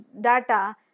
data